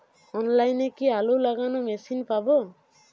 অনলাইনে কি আলু লাগানো মেশিন পাব?